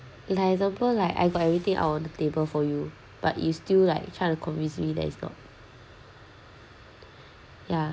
like example like I got everything out on the table for you but you still like try to convince me that is not yeah